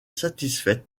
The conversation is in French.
satisfaite